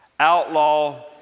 Outlaw